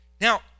Now